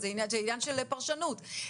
זה עניין של פרשנות.